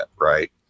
Right